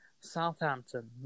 Southampton